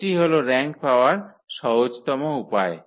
এটিই হল র্যাঙ্ক পাওয়ার সহজতম উপায়